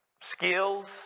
skills